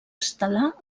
estel·lar